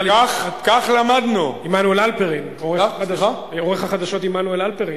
עורך החדשות עמנואל הלפרין.